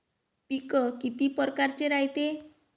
पिकं किती परकारचे रायते?